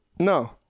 No